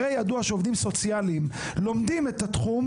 הרי יודעים שעובדים סוציאליים לומדים את התחום